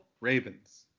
Ravens